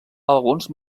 alguns